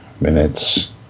minutes